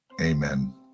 Amen